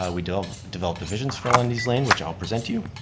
ah we developed developed a vision for lundy's lane which i'll present to you.